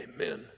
amen